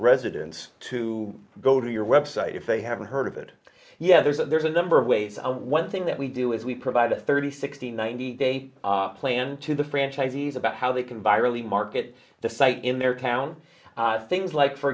residents to go to your website if they haven't heard of it yeah there's a there's a number of ways one thing that we do is we provide a thirty sixty ninety day plan to the franchisees about how they can buy early market the site in their town things like for